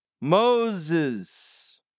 Moses